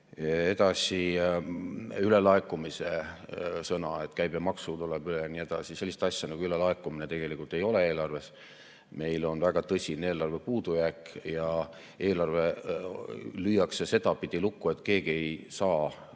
Edasi, ülelaekumise sõna, et käibemaksu laekub üle ja nii edasi. Sellist asja nagu ülelaekumine tegelikult ei ole eelarves. Meil on väga tõsine eelarve puudujääk ja eelarve lüüakse sedapidi lukku, et keegi ei saa